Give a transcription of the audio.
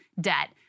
debt